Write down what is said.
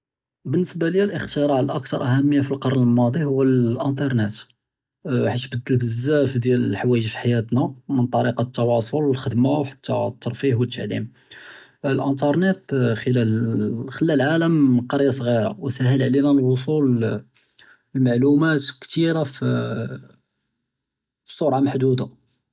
בִּנְסְבַּה לִי אֶלְאֶחְתִ'רַاع אֶלְאַכְתַּר אֻהַמִּיָּה פִּי אֶלְקַרְן אֶלְמָאדִי רַאהּ אֶלְאִינְתֶרְנֶט חַתְּשׁ רַאהּ תְּבַדַּל בְּזַאף אֶלְחַוַאג' פִּי חַיַאתְנَا מִן תַּרִיקַת אֶתְתוּאוּל וְאֶלְתַּרְפִּיָּה וְאֶתְתַּפַהּוּם בְּאֶלְאִינְתֶרְנֶט אֶלְאִינְתֶרְנֶט חַלַּא אֶלְעָלַם קְרִיָּה צְ'גִ'ירָה וְסַהֵל עַלַינַא אֶלְוּסוּל לְמַעְלּוּמָאת כְּתִירַה בְּצוּרַה מֻחֻּדּוּדָה.